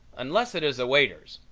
unless it is a waiter's.